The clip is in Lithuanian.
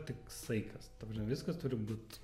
tik saikas ta prasme viskas turi būt